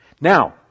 Now